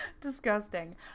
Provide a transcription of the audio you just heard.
disgusting